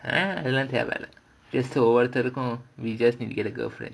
அதெல்லாம் தேவையில்ல ஒவ்வொருத்தருக்கும்:adhellaam thevailla ovvorutharukum we just need to get a girlfriend